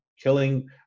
killing